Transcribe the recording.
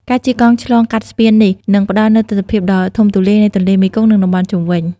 ការជិះកង់ឆ្លងកាត់ស្ពាននេះ នឹងផ្តល់នូវទិដ្ឋភាពដ៏ធំទូលាយនៃទន្លេមេគង្គ និងតំបន់ជុំវិញ។